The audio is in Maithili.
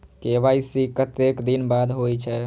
के.वाई.सी कतेक दिन बाद होई छै?